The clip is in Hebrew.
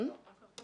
מי נגד?